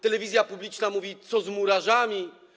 Telewizja publiczna mówi: Co z murarzami?